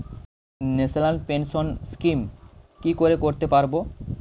National pension scheme কি করে করতে পারব?